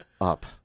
up